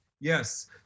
Yes